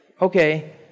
okay